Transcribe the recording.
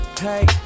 Hey